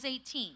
18